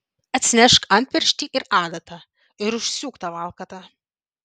atsinešk antpirštį ir adatą ir užsiūk tą valkatą